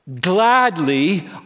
gladly